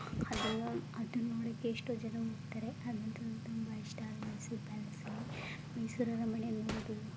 ಅದನ್ನು ಅದನ್ನ ನೋಡೋಕ್ಕೆ ಎಷ್ಟೋ ಜನ ಹೋಗ್ತಾರೆ ಅದಂತೂ ನನ್ಗೆ ತುಂಬ ಇಷ್ಟ ಅಲ್ಲಿ ಮೈಸೂರು ಪ್ಯಾಲೇಸಲ್ಲಿ ಮೈಸೂರು ಅರಮನೆ ನೋಡೋದು